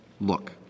look